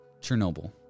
chernobyl